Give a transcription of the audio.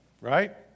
Right